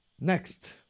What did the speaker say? Next